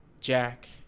jack